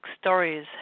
stories